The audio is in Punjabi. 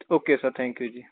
ਓਕੇ ਸਰ ਥੈਂਕ ਯੂ ਜੀ